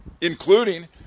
Including